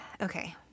Okay